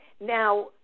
Now